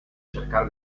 cercare